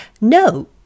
no